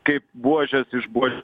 kaip buožes išbuo